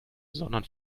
sondern